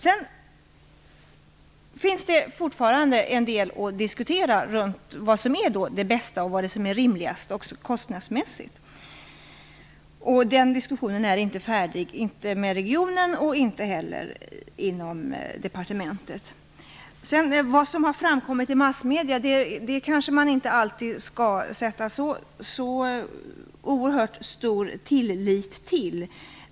Det finns fortfarande en del att diskutera kring vad som är det bästa och vad som är rimligast kostnadsmässigt. Den diskussionen är inte färdig, vare sig med regionen eller inom departementet. Vad som har framkommit i massmedierna kanske man inte alltid skall sätta så oerhört stor tilltro till.